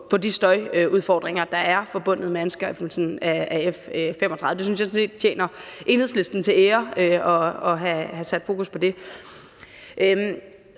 på de støjudfordringer, der er forbundet med anskaffelsen af F 35. Jeg synes sådan set, at det tjener Enhedslisten til ære at have sat fokus på det